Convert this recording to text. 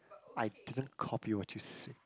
I didn't copy what you say